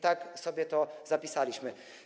Tak sobie to zapisaliśmy.